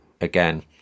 again